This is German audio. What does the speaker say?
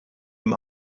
ihm